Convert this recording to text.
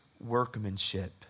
workmanship